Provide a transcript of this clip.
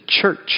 church